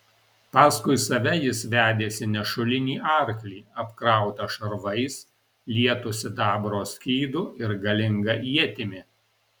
paskui save jis vedėsi nešulinį arklį apkrautą šarvais lietu sidabro skydu ir galinga ietimi